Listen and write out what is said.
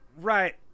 Right